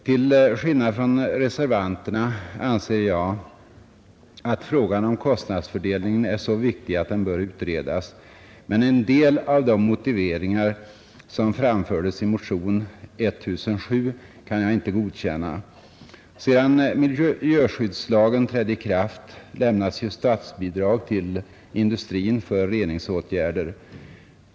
Till skillnad från reservanterna anser jag att frågan om kostnadsfördelningen är så viktig att den bör utredas, men jag kan inte godkänna vissa av de motiveringar som framförs i motionen 1007. Sedan miljöskyddslagen trädde i kraft lämnas statsbidrag till industrin för reningsåtgärder.